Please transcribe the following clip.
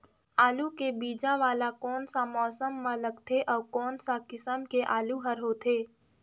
आलू के बीजा वाला कोन सा मौसम म लगथे अउ कोन सा किसम के आलू हर होथे?